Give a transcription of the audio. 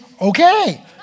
okay